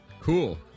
Cool